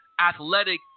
athletic